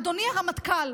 אדוני הרמטכ"ל,